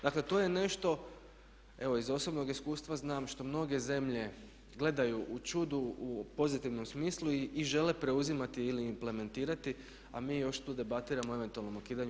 Dakle, to je nešto evo iz osobnog iskustva znam što mnoge zemlje gledaju u čudu u pozitivnom smislu i žele preuzimati ili implementirati, a mi još tu debatiramo o eventualnom ukidanju.